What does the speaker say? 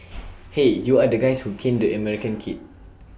hey you are the guys who caned the American kid